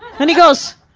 and he goes,